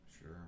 Sure